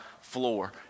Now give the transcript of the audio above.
floor